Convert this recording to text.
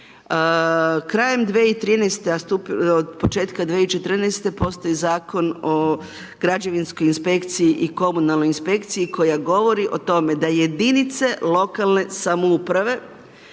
početka 2014., postoji Zakon o građevinskoj inspekciji i komunalnoj inspekciji koja govori o tome da jedinice lokalne samouprave,